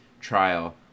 trial